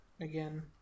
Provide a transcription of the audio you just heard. again